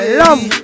love